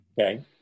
Okay